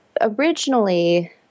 originally